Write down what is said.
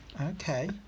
Okay